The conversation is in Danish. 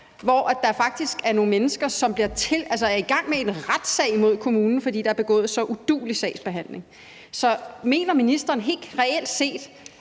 hvor der faktisk er nogle mennesker, som er i gang med en retssag imod kommunen, fordi der er begået så uduelig sagsbehandling. Så mener ministeren helt reelt set,